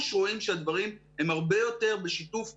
רואים שהדברים הם הרבה יותר בשיתוף פעולה.